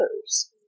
others